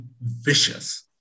vicious